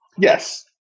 Yes